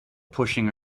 pushing